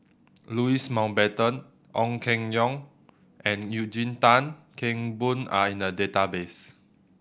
Louis Mountbatten Ong Keng Yong and Eugene Tan Kheng Boon are in the database